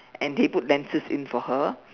and they put lenses in for her